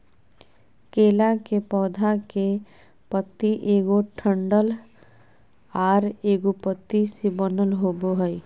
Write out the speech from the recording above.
केला के पौधा के पत्ति एगो डंठल आर एगो पत्ति से बनल होबो हइ